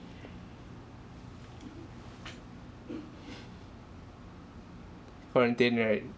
quarantine right